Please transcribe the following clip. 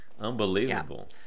Unbelievable